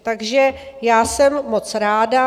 Takže já jsem moc ráda.